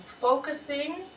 focusing